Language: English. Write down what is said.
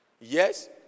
Yes